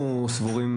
אנחנו סבורים